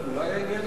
אולי העניין ייפתר.